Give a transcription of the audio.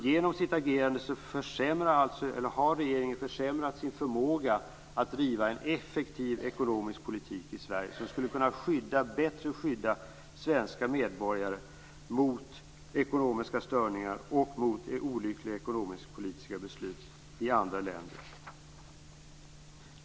Genom sitt agerande har regeringen försämrat sin förmåga att i Sverige driva en effektiv ekonomisk politik, som bättre skulle kunna skydda svenska medborgare mot ekonomiska störningar och mot olyckliga ekonomisk-politiska beslut i andra länder.